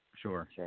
Sure